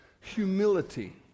humility